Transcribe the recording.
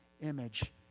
image